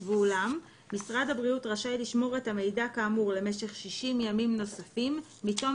ואולם משרד הבריאות רשאי לשמור את המידע כאמור למשך 60 ימים נוספים מתום